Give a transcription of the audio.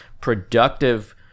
productive